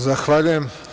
Zahvaljujem.